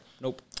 Nope